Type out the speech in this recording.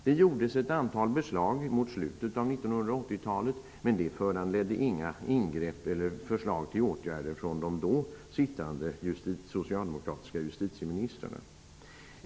Det gjordes ett antal beslag mot slutet av 1980-talet, men det föranledde inga ingrepp eller förslag till åtgärder från de då sittande socialdemokratiska justitieministrarna.